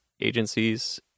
agencies